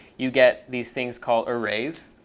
you get these things called arrays.